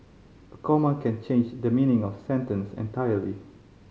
a comma can change the meaning of sentence entirely